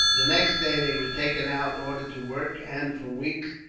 the next day, they were taken out and ordered to work and, for weeks,